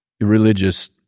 Religious